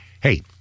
Hey